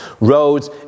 roads